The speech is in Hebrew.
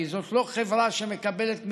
כי זאת לא חברה שמקבלת מכרז,